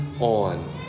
on